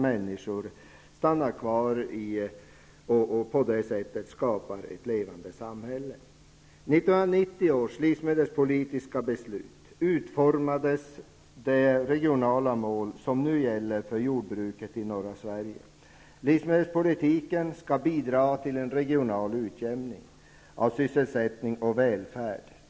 Människorna stannar kvar på sina hemorter och skapar ett levande samhälle. I 1990 års livsmedelspolitiska beslut utformades de regionala mål som nu gäller för jordbruket i norra Sverige. Livsmedelspolitiken skall bidra till en regional utjämning av sysselsättning och välfärd.